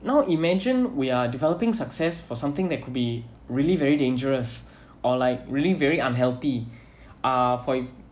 now imagine we are developing success for something that could be really very dangerous or like really very unhealthy uh for if